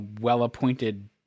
well-appointed